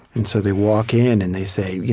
and so they walk in, and they say, yeah